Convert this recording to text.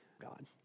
God